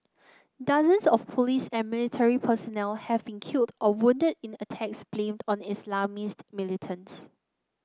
dozens of police and military personnel have been killed or wounded in attacks blamed on Islamist militants